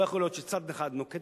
לא יכול להיות שצד אחד נוקט